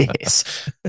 yes